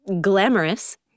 glamorous